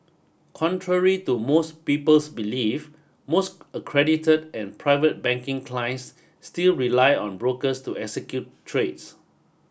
contrary to most people's belief most accredited and private banking clients still rely on brokers to execute trades